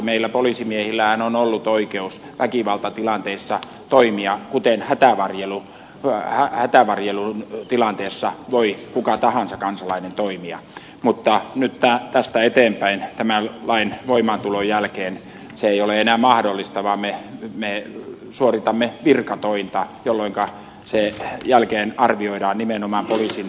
meillä poliisimiehillähän on tähän asti ollut oikeus väkivaltatilanteissa toimia kuten hätävarjelutilanteessa voi kuka tahansa kansalainen toimia mutta nyt tästä eteenpäin tämän lain voimaantulon jälkeen se ei ole enää mahdollista vaan me suoritamme virkatointa jolloinka se toiminta arvioidaan nimenomaan poliisin virkatoimena